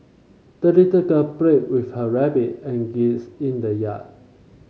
the little girl played with her rabbit and geese in the yard